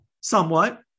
Somewhat